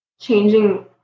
changing